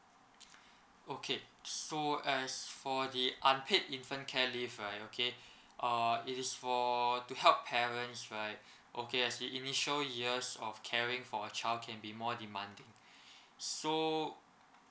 okay so as for the unpaid infant care leave right okay err it is for to help parents right okay actually initial years of caring for a child can be more demanding so